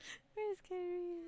very scary